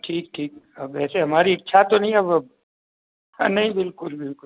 ठीक ठीक अब वैसे हमारी इच्छा तो नहीं है अब नहीं बिल्कुल बिल्कुल